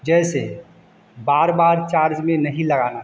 जैसे बार बार चार्ज में नहीं लगाना चाहिए